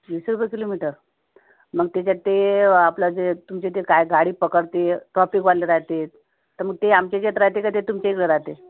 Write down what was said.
वीस रुपये किलोमीटर मग त्याच्यात ते आपलं जे तुमचे ते काय गाडी पकडती ट्राफिकवाले राहतेत तर मग ते आमच्या येच्यात राहते का तुमच्या येच्यात राहते